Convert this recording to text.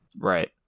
Right